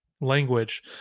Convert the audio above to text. language